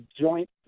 joint